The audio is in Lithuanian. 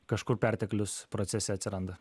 kažkur perteklius procese atsiranda